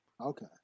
Okay